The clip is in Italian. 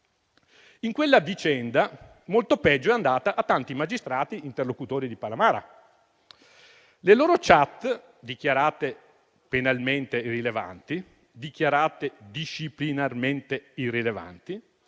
In quella vicenda, molto peggio è andata a tanti magistrati interlocutori di Palamara. Le loro *chat*, dichiarate penalmente irrilevanti, dichiarate disciplinarmente irrilevanti,